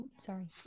sorry